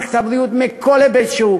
מערכת הבריאות מכל היבט שהוא,